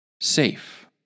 safe